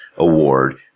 award